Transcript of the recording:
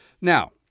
Now